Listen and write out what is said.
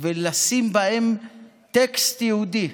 ולשים בהם טקסט יהודי